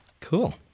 Cool